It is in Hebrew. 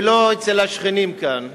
ולא אצל השכנים כאן,